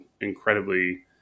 incredibly